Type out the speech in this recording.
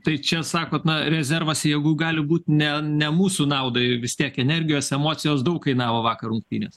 tai čia sakot na rezervas jėgų gali būt ne ne mūsų naudai vis tiek energijos emocijos daug kainavo vakar rungtynės